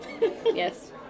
Yes